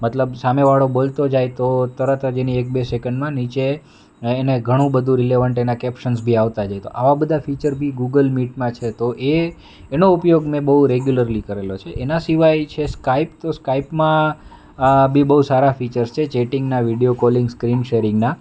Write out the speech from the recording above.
મતલબ સામેવાળો બોલતો જાય તો તરત જ એની એક બે સેકન્ડમાં નીચે એને ઘણું બધું રિલેવન્ટ એના કેપ્શન્સ બી આવતા જાય તો આવા બધા ફિચર બી ગૂગલ મીટમાં છે તો એ એનો ઉપયોગ મેં બહુ રેગ્યુલરલી કરેલો છે એના સિવાય છે સ્કાઇપ તો સ્કાઇપમાં બી બહુ સારા ફીચર્સ છે ચેટિંગના વીડિયો કોલિંગ સ્ક્રીન શેરિંગના